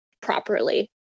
properly